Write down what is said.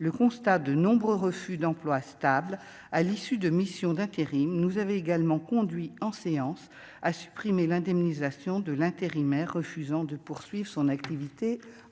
le constat, de nombreux refus d'emploi stable à l'issue de mission d'intérim, nous avait également conduit en séance à supprimer l'indemnisation de l'intérimaire, refusant de poursuivre son activité.